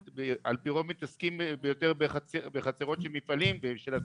על פי רוב אנחנו מתעסקים יותר בחצרות של מפעלים ועסקים